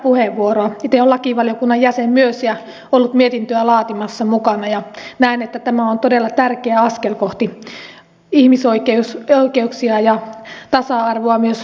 itse olen lakivaliokunnan jäsen myös ja ollut mukana mietintöä laatimassa ja näen että tämä on todella tärkeä askel kohti ihmisoikeuksia ja tasa arvoa myös suomessa